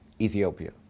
Ethiopia